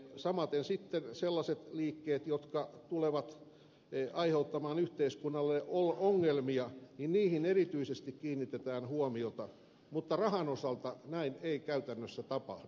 samaten sitten sellaisiin liikkeisiin jotka tulevat aiheuttamaan yhteiskunnalle ongelmia erityisesti kiinnitetään huomiota mutta rahan osalta näin ei käytännössä tapahdu